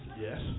Yes